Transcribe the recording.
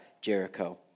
Jericho